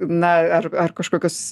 na ar ar kažkokios